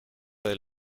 del